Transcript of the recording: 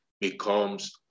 becomes